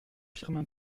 firmin